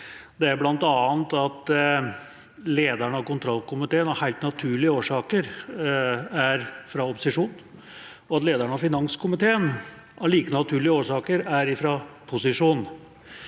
Det er bl.a. at lederen av kontrollkomiteen av helt naturlige årsaker er fra opposisjon, og at lederen av finanskomiteen av like naturlige årsaker er fra posisjon.